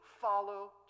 follow